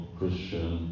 Christian